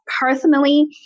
personally